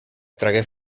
tragué